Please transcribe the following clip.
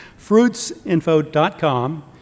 fruitsinfo.com